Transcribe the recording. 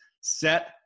set